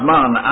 Man